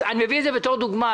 אני מביא את זה בתור דוגמה.